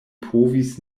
povis